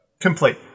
complete